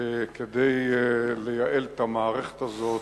כדי לייעל את המערכת הזאת,